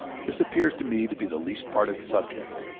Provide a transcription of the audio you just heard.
this appears to me to be the least part of the subject.